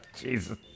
Jesus